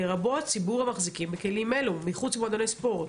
לרבות ציבור המחזיקים בכלים אלו מחוץ למועדוני ספורט,